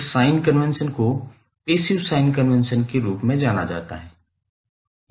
इस sign convention को passive sign convention के रूप में जाना जाता है